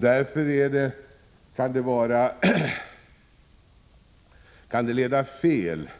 Därför kan det leda fel